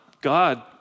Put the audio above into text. God